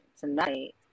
tonight